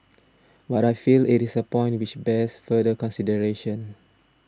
but I feel it is a point which bears further consideration